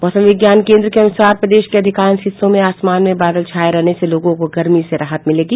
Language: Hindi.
मौसम विज्ञान केन्द्र के अनुसार प्रदेश के अधिकांश हिस्सों में आसमान में बादल छाये रहने से लोगों को गर्मी से राहत मिलेगी